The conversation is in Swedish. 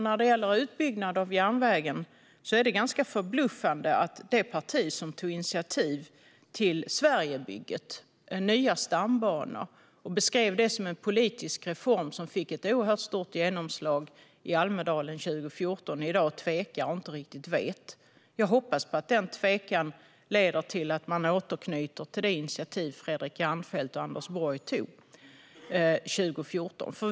När det gäller utbyggnad av järnvägen är det ganska förbluffande att det parti som tog initiativ till Sverigebygget med nya stambanor, och beskrev det som en politisk reform som fick ett oerhört stort genomslag i Almedalen 2014, i dag tvekar och inte riktigt vet. Jag hoppas att denna tvekan leder till att man återknyter till det initiativ som Fredrik Reinfeldt och Anders Borg tog 2014.